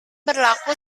berlaku